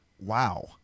Wow